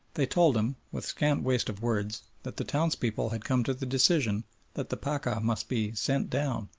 they told him, with scant waste of words, that the townspeople had come to the decision that the pacha must be sent down,